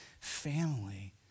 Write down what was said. family